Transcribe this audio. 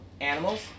animals